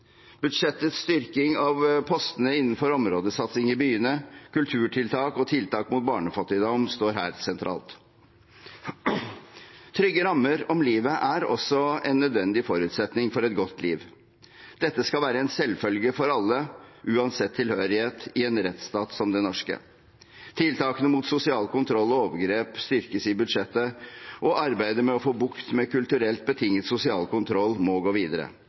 Budsjettets styrking av postene innenfor områdesatsing i byene, kulturtiltak og tiltak mot barnefattigdom står her sentralt. Trygge rammer om livet er også en nødvendig forutsetning for et godt liv. Dette skal være en selvfølge for alle, uansett tilhørighet, i en rettsstat som den norske. Tiltakene mot sosial kontroll og overgrep styrkes i budsjettet, og arbeidet med å få bukt med kulturelt betinget sosial kontroll må gå videre.